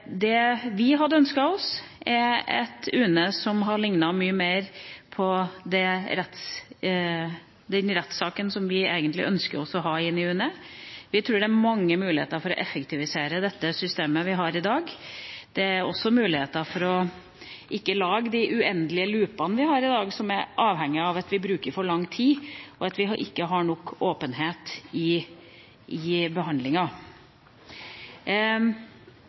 Det vi hadde ønsket oss, er et UNE som hadde lignet mye mer på den rettssaken som vi egentlig ønsker å ha i UNE. Vi tror det er mange muligheter for å effektivisere det systemet vi har i dag. Det er også muligheter for ikke å lage de uendelige loopene vi har i dag, som er avhengig av at vi bruker for lang tid, og at vi ikke har nok åpenhet i behandlinga. Men i